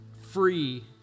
free